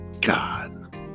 God